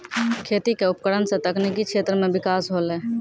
खेती क उपकरण सें तकनीकी क्षेत्र में बिकास होलय